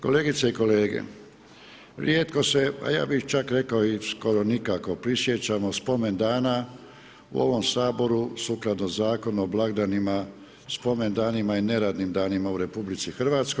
Kolegice i kolege, rijetko se, a ja bi čak rekao i skoro nikako prisjećamo spomen dana u ovom Saboru, sukladno Zakonu o blagdanima, spomen danima i neradnim danima u RH.